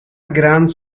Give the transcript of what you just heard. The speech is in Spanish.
grand